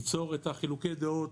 ליצור את חילוקי הדעות,